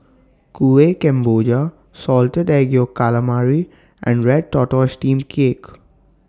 Kueh Kemboja Salted Egg Yolk Calamari and Red Tortoise Steamed Cake